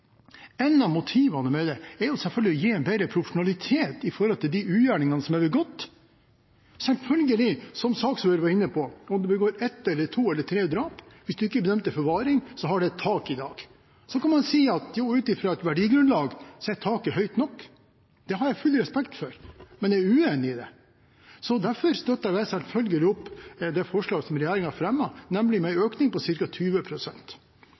Et av motivene for det er selvfølgelig å gi en bedre profesjonalitet med hensyn til de ugjerningene som er begått. Selvfølgelig – som saksordføreren var inne på – om man begår ett eller to eller tre drap: Hvis man ikke er dømt til forvaring, har det et tak i dag. Så kan man ut fra et verdigrunnlag si at taket er høyt nok. Det har jeg full respekt for, men jeg er uenig i det. Derfor støtter jeg selvfølgelig opp om det forslaget som regjeringen har fremmet, nemlig en økning på